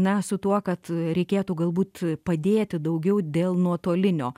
na su tuo kad reikėtų galbūt padėti daugiau dėl nuotolinio